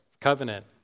Covenant